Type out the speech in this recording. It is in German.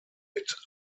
mit